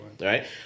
Right